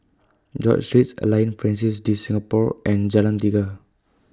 George Street Alliance Francaise De Singapour and Jalan Tiga